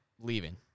leaving